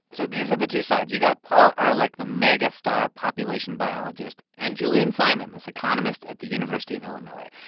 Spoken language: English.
so these are the two sides. you got paul ehrlich, the mega-star population biologist, and julian simon, this economist at the university of illinois.